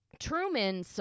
Truman